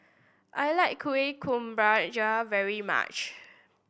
I like Kuih Kemboja very much